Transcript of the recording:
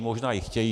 Možná ji chtějí.